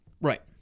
Right